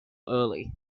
early